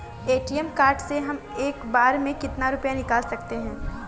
ATM card से हम एक बार में कितना रुपया निकाल सकते हैं?